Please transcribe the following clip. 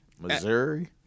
Missouri